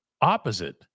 opposite